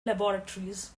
laboratories